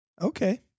Okay